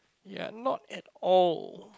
ya not at all